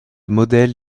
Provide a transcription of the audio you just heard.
modèles